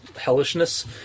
hellishness